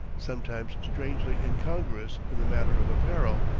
sometimes strangely incongruous in the matter of apparel,